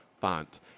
font